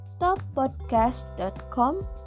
toppodcast.com